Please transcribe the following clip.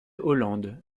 hollande